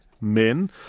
men